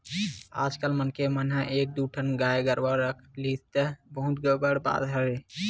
आजकल मनखे मन ह एक दू ठन गाय गरुवा रख लिस त बहुत बड़ बात हरय